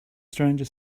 stranger